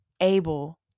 able